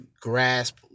grasp